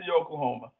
Oklahoma